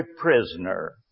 prisoner